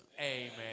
Amen